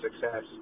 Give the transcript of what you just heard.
success